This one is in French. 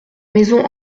maison